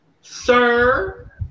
Sir